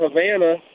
Havana